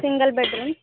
single bedroom